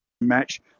match